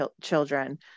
children